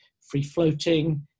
free-floating